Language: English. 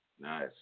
Nice